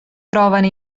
trovano